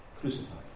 crucified